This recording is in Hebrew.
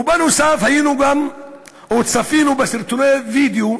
ובנוסף, צפינו גם בסרטוני וידיאו